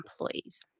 employees